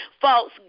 false